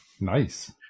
nice